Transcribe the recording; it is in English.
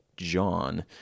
John